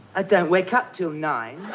i don't wake up till nine.